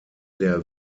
der